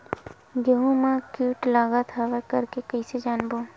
गेहूं म कीट लगत हवय करके कइसे जानबो?